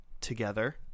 together